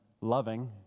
loving